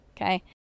okay